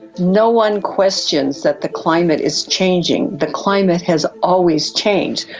no one questions that the climate is changing. the climate has always changed.